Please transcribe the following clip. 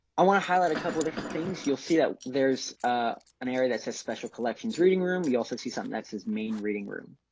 i want to highlight a couple of different things, you'll see that there's an area that says special collections reading room. you also see something that says main reading room.